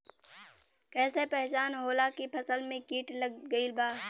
कैसे पहचान होला की फसल में कीट लग गईल बा?